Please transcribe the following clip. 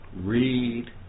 Read